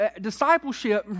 discipleship